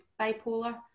bipolar